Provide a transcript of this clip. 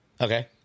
Okay